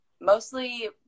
mostly